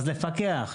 אז לפקח.